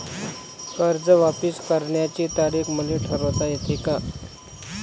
कर्ज वापिस करण्याची तारीख मले ठरवता येते का?